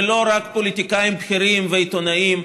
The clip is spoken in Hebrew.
ולא רק פוליטיקאים בכירים ועיתונאים.